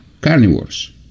carnivores